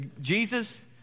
Jesus